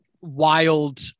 wild